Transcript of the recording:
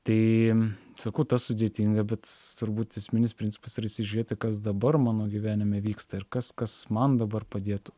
tai sakau tas sudėtinga bet turbūt esminis principas yra įsižiūrėti kas dabar mano gyvenime vyksta ir kas kas man dabar padėtų